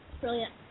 brilliant